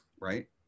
right